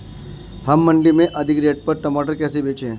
हम मंडी में अधिक रेट पर टमाटर कैसे बेचें?